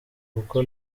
kuko